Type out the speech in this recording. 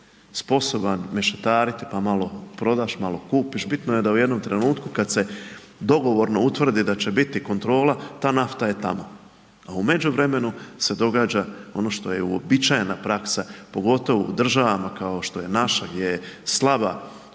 sposoban mešetariti pa malo prodaš, malo kupiš. Bitno je da u jednom trenutku kada se dogovorno utvrdi da će biti kontrola ta nafta je tamo a u međuvremenu se događa ono što je i uobičajena praksa pogotovo u državama kao što je naša gdje je slaba kontrola,